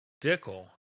Dickel